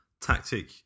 tactic